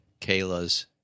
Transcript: Kayla's